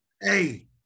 Hey